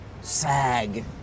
Sag